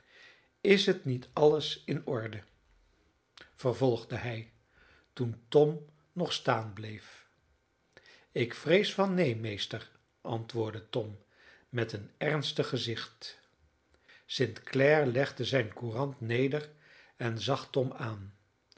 is het niet alles in orde vervolgde hij toen tom nog staan bleef ik vrees van neen meester antwoordde tom met een ernstig gezicht st clare legde zijne courant neder en zag tom aan